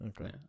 Okay